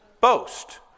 boast